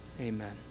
Amen